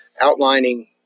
outlining